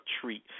treat